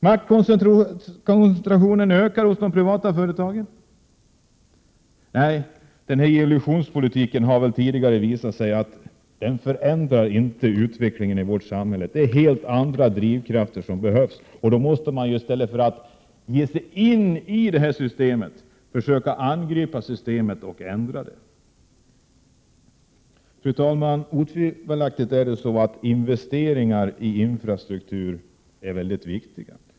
Maktkoncentrationen ökar hos de privata företagen. Nej, denna illusionspolitik har tidigare visat att den inte förändrar utvecklingen i vårt samhälle. Det är helt andra drivkrafter som måste till. I stället för att ge sig in i detta system, måste man försöka angripa systemet för att därigenom ändra på det. Fru talman! Investeringar i infrastruktur är otvivelaktigt mycket viktiga.